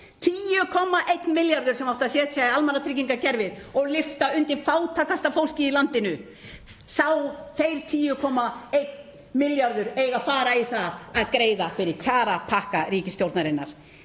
10,1 milljarður sem átti að setja í almannatryggingakerfið og lyfta undir fátækasta fólkið í landinu. Sá 10,1 milljarður á að fara í það að greiða fyrir kjarapakka ríkisstjórnarinnar.